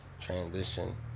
transition